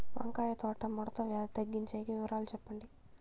వంకాయ తోట ముడత వ్యాధి తగ్గించేకి వివరాలు చెప్పండి?